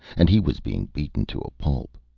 and he was being beaten to a pulp.